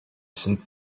sind